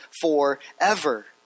forever